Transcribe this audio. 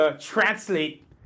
translate